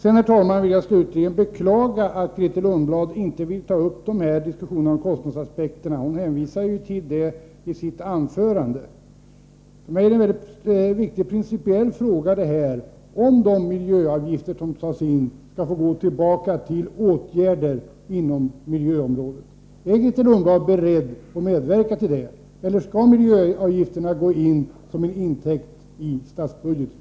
Jag vill till slut, herr talman, beklaga att Grethe Lundblad inte vill ta upp diskussionen om kostnadsaspekterna. Hon framhåller ju detta i sitt anförande. Det är en principiellt viktig fråga huruvida de miljöavgifter som tas ut skall gå tillbaka i form av åtgärder inom miljöområdet. Är Grethe Lundblad beredd att medverka till detta, eller skall miljöavgifterna gå in som en intäkt i statsbudgeten?